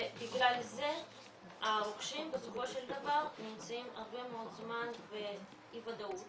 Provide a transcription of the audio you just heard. בגלל זה הרוכשים בסופו של דבר נמצאים הרבה מאוד זמן באי ודאות